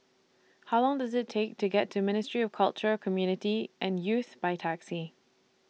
How Long Does IT Take to get to Ministry of Culture Community and Youth By Taxi